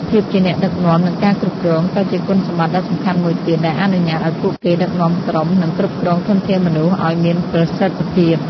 ភាពជាអ្នកដឹកនាំ និងការគ្រប់គ្រង ក៏ជាគុណសម្បត្តិដ៏សំខាន់មួយទៀត ដែលអនុញ្ញាតឱ្យពួកគេដឹកនាំក្រុម និងគ្រប់គ្រងធនធានមនុស្សឱ្យមានប្រសិទ្ធភាព។